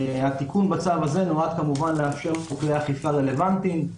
התיקון בצו הזה נועד לאפשר כלי אכיפה רלוונטיים,